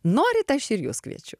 norit aš ir jus kviečiu